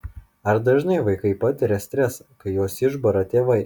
ar dažnai vaikai patiria stresą kai juos išbara tėvai